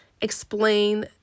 explain